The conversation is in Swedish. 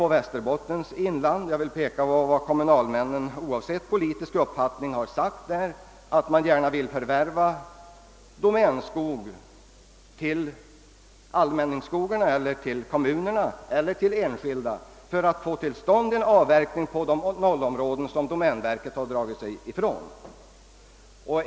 I Västerbottens inland önskar kommunalmän, oavsett politisk uppfattning, att kommunerna eller enskilda eller allmänningsskogar borde få förvärva domänverkets skog för att få till stånd avverkning i 0-områdena som domänverket har dragit sig ifrån.